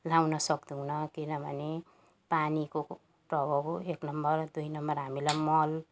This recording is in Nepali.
लगाउनु सक्दैनौँ किनभने पानीको प्रभाव हो एक नम्बर दुई नम्बर हामीलाई मल